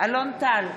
אלון טל,